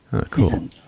Cool